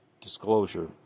disclosure